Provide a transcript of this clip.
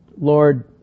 lord